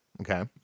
Okay